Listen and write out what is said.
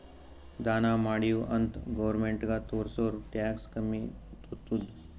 ದಾನಾ ಮಾಡಿವ್ ಅಂತ್ ಗೌರ್ಮೆಂಟ್ಗ ತೋರ್ಸುರ್ ಟ್ಯಾಕ್ಸ್ ಕಮ್ಮಿ ತೊತ್ತುದ್